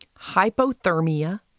hypothermia